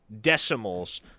decimals